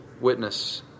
witness